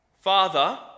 Father